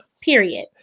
period